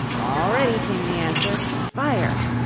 all ready, came the answer. fire!